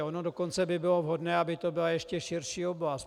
Ono dokonce by bylo vhodné, aby to byla ještě širší oblast.